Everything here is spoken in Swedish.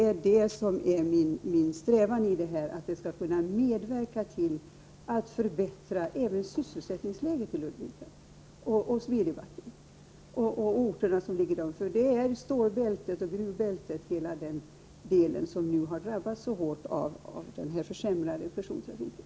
Min strävan i detta sammanhang är att försöka medverka till att förbättra även sysselsättningsläget i Ludvika, Smedjebacken och orterna som ligger där omkring. Det är Stålbältet och Gruvbältet som nu har drabbats så hårt av den försämrade persontrafiken.